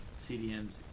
CDMs